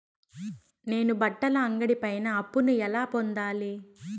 నేను బట్టల అంగడి పైన అప్పును ఎలా పొందాలి?